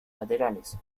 laterales